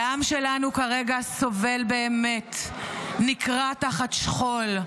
והעם שלנו כרגע סובל באמת, נקרע תחת שכול,